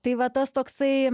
tai va tas toksai